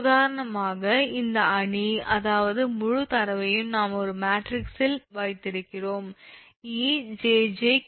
உதாரணமாக இந்த அணி அதாவது முழுத் தரவையும் நாம் ஒரு மேட்ரிக்ஸில் வைத்திருக்கிறோம் 𝑒 𝑗𝑗 𝑘